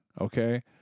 Okay